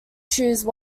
choose